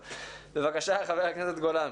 בבקשה, חבר הכנסת גולן.